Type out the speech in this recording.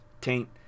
taint